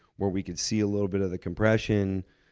where we can see a little bit of the compression?